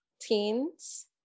teens